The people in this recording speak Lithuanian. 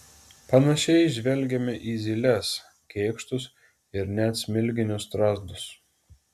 panašiai žvelgiame į zyles kėkštus ir net smilginius strazdus